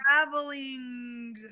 Traveling